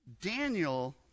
Daniel